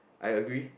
I agree